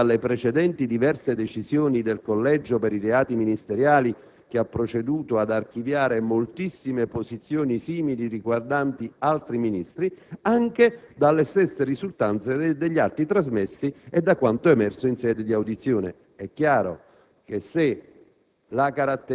la proposta formulata in Aula, oltre che dalle precedenti diverse decisioni del Collegio per i reati ministeriali, che ha proceduto ad archiviare moltissime posizioni simili riguardanti altri Ministri, anche dalle stesse risultanze degli atti trasmessi e da quanto emerso in sede di audizione.